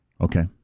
Okay